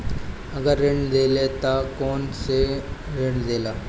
अगर ऋण देला त कौन कौन से ऋण देला?